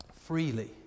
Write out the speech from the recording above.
freely